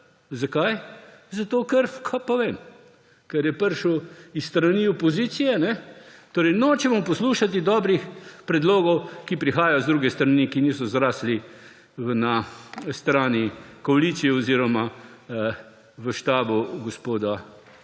Zakaj? Kaj pa vem, ker je prišel s strani opozicije. Torej nočemo poslušati dobrih predlogov, ki prihajajo z druge strani, ki niso zrasli na strani koalicije oziroma v štabu gospoda